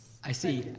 i see.